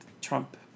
Trump